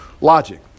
logic